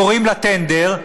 קוראים לטנדר,